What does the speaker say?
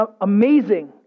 amazing